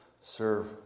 serve